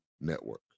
Network